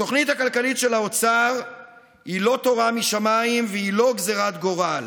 התוכנית הכלכלית של האוצר היא לא תורה משמיים והיא לא גזרת גורל.